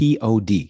POD